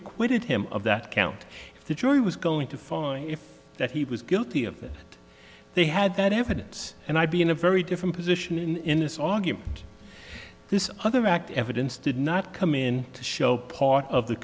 acquitted him of that count if the jury was going to follow if that he was guilty of they had that evidence and i'd be in a very different position in this argument this other fact evidence did not come in to show part of the